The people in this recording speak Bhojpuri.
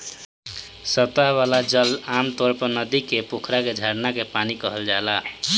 सतह वाला जल आमतौर पर नदी के, पोखरा के, झरना के पानी कहल जाला